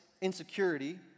insecurity